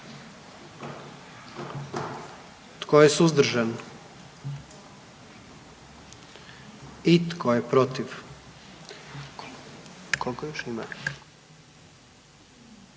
Tko je suzdržan? I tko je protiv? Glasovalo je